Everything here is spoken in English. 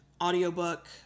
audiobook